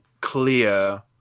clear